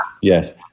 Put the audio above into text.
yes